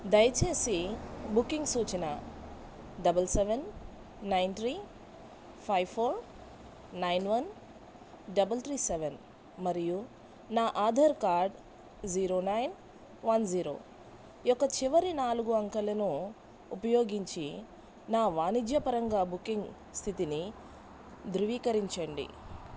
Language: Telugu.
దయచేసి బుకింగ్ సూచన double seven nine three five four nine one double three seven మరియు నా Aadhaar card zero nine one zero యొక్క చివరి నాలుగు అంకెలను ఉపయోగించి నా వాణిజ్యపరంగా బుకింగ్ స్థితిని ధృవీకరించండి